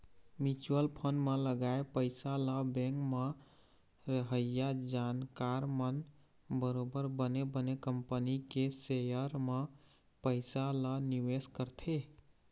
mutual fund म लगाए पइसा ल बेंक म रहइया जानकार मन बरोबर बने बने कंपनी के सेयर म पइसा ल निवेश करथे